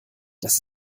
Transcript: das